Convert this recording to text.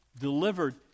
Delivered